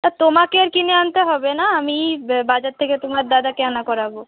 তা তোমাকে আর কিনে আনতে হবে না আমিই বাজার থেকে তোমার দাদকে আনা করাব